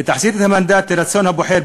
ולהחזיר את המנדט לרצון הבוחר,